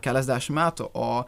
keliasdešimt metų o